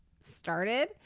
started